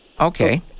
Okay